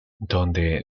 donde